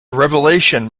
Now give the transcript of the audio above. revelation